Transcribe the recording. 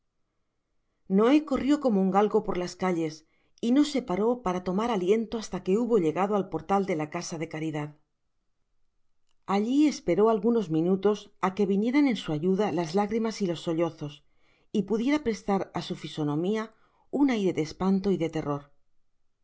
oé corrió como un galgo por las calles y no se paró para tomar aliento hasta que hubo llegado al portal de la casa de caridad alli esperó algunos minutos á que vinieran en su ayuda las lágrimas y los sollozos y pudiera prestar á su fisonomia un aire de espanto y de terror